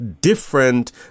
different